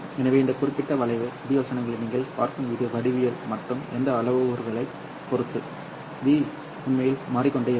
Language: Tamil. எனவே இந்த குறிப்பிட்ட வளைவு b வசனங்களை நீங்கள் பார்க்கும் வடிவியல் மற்றும் எந்த அளவுருக்களைப் பொறுத்து V உண்மையில் மாறிக்கொண்டே இருக்கும்